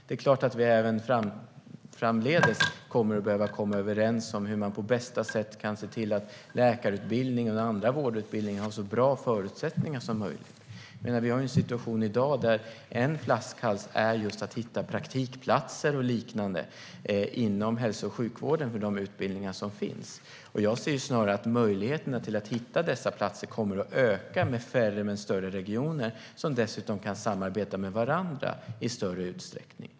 Det är klart att vi även framdeles kommer att behöva komma överens om hur man på bästa sätt kan se till att läkarutbildningen och andra vårdutbildningar har så bra förutsättningar som möjligt. Vi har en situation i dag där en flaskhals är att hitta praktikplatser och liknande inom hälso och sjukvården för de utbildningar som finns. Jag ser att möjligheterna till att hitta dessa platser snarast kommer att öka med färre men större regioner, som dessutom kan samarbeta med varandra i större utsträckning.